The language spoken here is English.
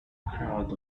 crowd